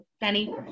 Benny